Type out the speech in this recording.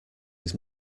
his